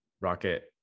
rocket